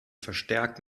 verstärkt